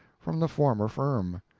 from the former firm.